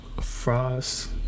Frost